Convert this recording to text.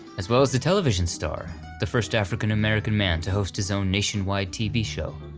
as well as the television star the first african-american man to host his own nationwide tv show.